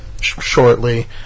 shortly